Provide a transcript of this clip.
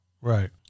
Right